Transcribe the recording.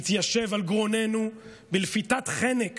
התיישב על גרוננו בלפיתת חנק